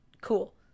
cool